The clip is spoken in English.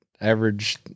average